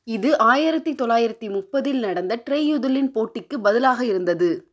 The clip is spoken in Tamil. இது ஆயிரத்தி தொள்ளாயிரத்தி முப்பதில் நடந்த டிரையுதலின் போட்டிக்குப் பதிலாக இருந்தது